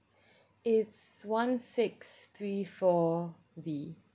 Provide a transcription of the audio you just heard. it's one six three four B